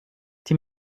die